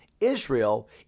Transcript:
Israel